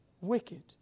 wicked